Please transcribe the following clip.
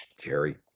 Jerry